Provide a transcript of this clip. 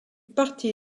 partit